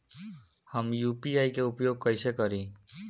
हम यू.पी.आई के उपयोग कइसे करी?